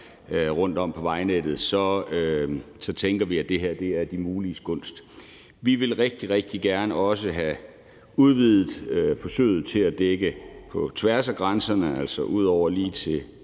rundtom på vejnettet, tænker vi, at det her er det muliges kunst. Vi vil rigtig, rigtig gerne have forsøget udvidet til også at dække på tværs af grænserne, altså ud over lige til